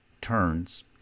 turns